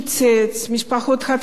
משפחות חד-הוריות,